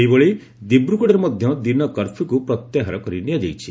ସେହିଭଳି ଦିବ୍ରଗଡ଼ରେ ମଧ୍ୟ ଦିନ କର୍ଫ୍ୟୁକ୍ ପ୍ରତ୍ୟାହାର କରି ନିଆଯାଇଛି